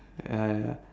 ya ya